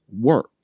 work